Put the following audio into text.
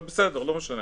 אבל, בסדר, לא משנה.